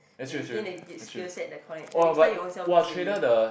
when you gain the skill set the connection next time you own self do already